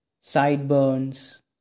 sideburns